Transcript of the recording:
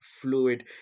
fluid